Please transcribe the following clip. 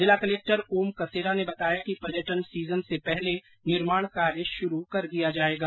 जिला कलक्टर ओम कसेरा ने बताया कि पर्यटन सीजन से पहले निर्माण कार्य शुरू कर दिया जाएगा